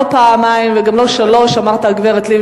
לא פעמיים וגם לא שלוש פעמים אמרת "הגברת לבני".